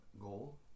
goal